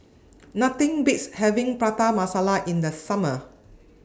Nothing Beats having Prata Masala in The Summer